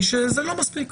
היא שזה לא מספיק.